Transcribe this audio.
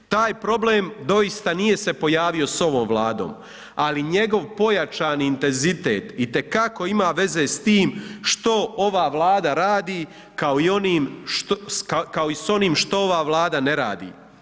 Taj problem doista nije se pojavio sa ovom Vladom ali njegov pojačani intenzitet itekako ima veze sa tim što ova Vlada radi kao i s onim što ova Vlada ne radi.